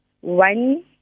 one